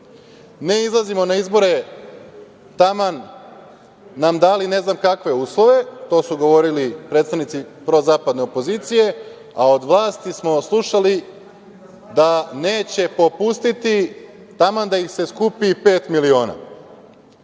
ne izlazimo na izbore taman nam dali ne znam kakve uslove, to su govorili predstavnici prozapadne opozicije, a od vlasti smo slušali da neće popustiti taman da ih se skupi pet miliona. Pošto